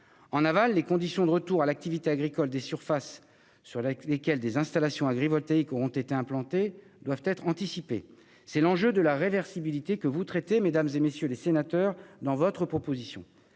En aval, les conditions de retour à l'activité agricole des surfaces sur lesquelles des installations agrivoltaïques auront été implantées doivent être anticipées. C'est l'enjeu de la réversibilité, qui est traitée dans cette proposition